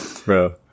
Bro